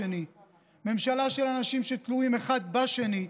ממשלה של אנשים שתלויים אחד בשני,